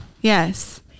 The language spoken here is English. Yes